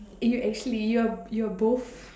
eh you actually you're you're both